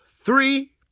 three